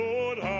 Lord